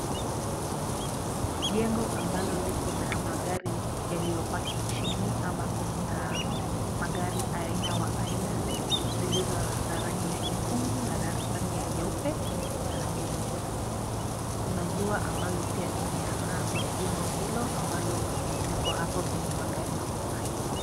Jengo ambalo liko na magari [yaliyopaki] chini ambapo kuna magari aina wa aina zilizo na rangi nyekundu na rangi nyeupe na rangi ya nyeusi. Kuna jua ambalo pia limeang'aa kwenye jengo hilo ambalo liko hapo kwenye magari hayo ambayo [yamepaki].